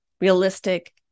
realistic